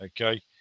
Okay